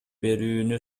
берүүнү